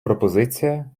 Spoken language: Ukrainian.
пропозиція